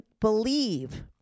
believe